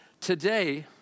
Today